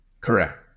Correct